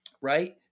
right